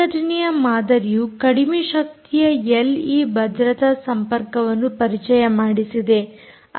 ಸಂಘಟನೆಯ ಮಾದರಿಯು ಕಡಿಮೆ ಶಕ್ತಿಯ ಎಲ್ಈ ಭದ್ರತಾ ಸಂಪರ್ಕವನ್ನು ಪರಿಚಯ ಮಾಡಿಸಿದೆ